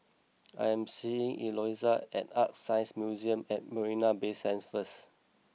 I am seeing Eloisa at ArtScience Museum at Marina Bay Sands first